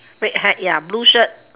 red hat ya blue shirt